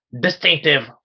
distinctive